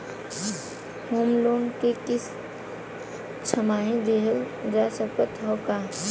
Home loan क किस्त छमाही देहल जा सकत ह का?